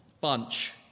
bunch